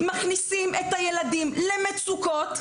מכניסים את הילדים למצוקות.